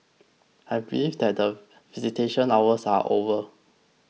I believe that the visitation hours are over